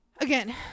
Again